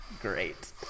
great